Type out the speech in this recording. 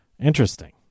Interesting